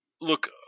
Look